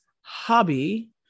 hobby